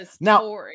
Now